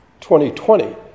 2020